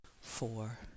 four